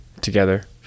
together